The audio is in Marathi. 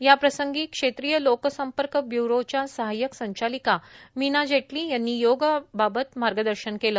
या प्रसंगी क्षेत्रीय लोक संपर्क ब्य्रोच्या सहायक संचालिका मीना जेटली यांनी योग बाबत मार्गदर्शन केलं